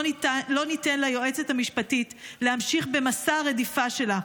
לא ניתן ליועצת המשפטית להמשיך במסע הרדיפה שלה.